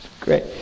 great